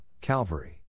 Calvary